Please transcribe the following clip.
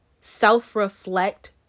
self-reflect